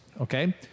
okay